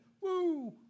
Woo